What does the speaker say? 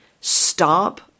Stop